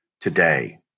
today